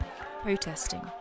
protesting